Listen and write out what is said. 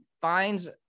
finds